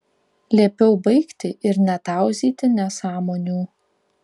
liepiau baigti ir netauzyti nesąmonių